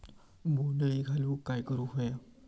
बोंड अळी घालवूक काय करू व्हया?